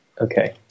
Okay